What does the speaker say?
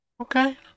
Okay